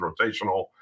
rotational